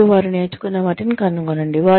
మరియు వారు నేర్చుకున్న వాటిని కనుగొనండి